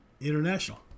International